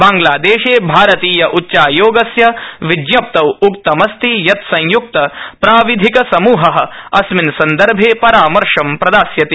ांग्लादेशे भारतीय उच्चायोगस्य विजप्तौ उक्तमस्ति यत् संयुक्त प्राविधिक समूह अस्मिन् सन्दर्भे परामर्श प्रदास्यति